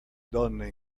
donne